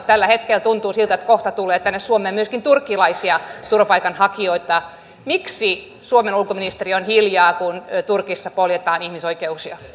tällä hetkellä tuntuu siltä että kohta tulee tänne suomeen myöskin turkkilaisia turvapaikanhakijoita miksi suomen ulkoministeriö on hiljaa kun turkissa poljetaan ihmisoikeuksia